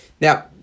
Now